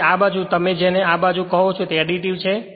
તેથી આ બાજુ તમે જેને આ બાજુ કહો છો તે એડીટિવ છે